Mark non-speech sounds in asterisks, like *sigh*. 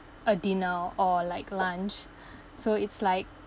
a dinner or like lunch *breath* so it's like